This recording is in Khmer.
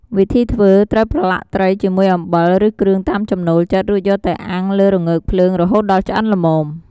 វិធីធ្វើ ត្រូវប្រឡាក់ត្រីជាមួយអំបិល ឬគ្រឿងតាមចំណូលចិត្ត រួចយកទៅអាំងលើរងើកភ្លើង រហូតដល់ឆ្អិនល្មម។